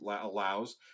allows